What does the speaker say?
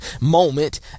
moment